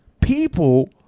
people